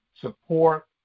support